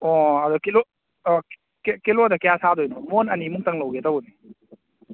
ꯑꯣ ꯑꯗꯨ ꯀꯤꯂꯣ ꯑꯥ ꯀꯤꯂꯣꯗ ꯀꯌꯥ ꯁꯥꯗꯣꯏꯅꯣ ꯃꯣꯟ ꯑꯅꯤꯃꯨꯛꯇꯪ ꯂꯧꯒꯦ ꯇꯧꯕꯅꯦ